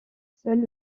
seule